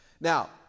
Now